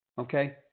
Okay